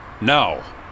Now